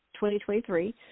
2023